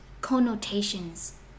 connotations